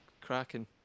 Cracking